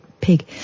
pig